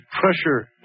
pressure